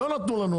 לא נתנו לנו.